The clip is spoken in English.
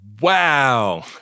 Wow